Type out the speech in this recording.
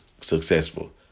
successful